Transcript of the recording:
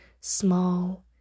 small